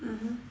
mmhmm